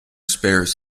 spares